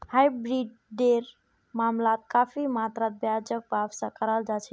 हाइब्रिडेर मामलात काफी मात्रात ब्याजक वापसो कराल जा छेक